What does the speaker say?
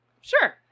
Sure